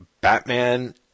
Batman